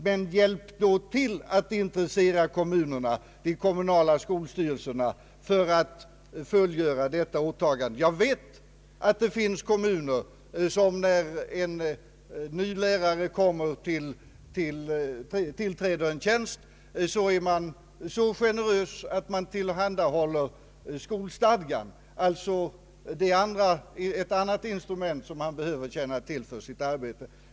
Men hjälp då till att intressera kommunerna, de kommunala skolstyrelserna, för att fullgöra detta åtagande! Jag vet att det finns kommuner, som när en ny lärare tillträder en tjänst är så generösa att de tillhandahåller skolstadgan, alltså ett annat instrument som läraren behöver känna till för sitt arbete.